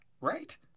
right